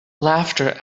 laughter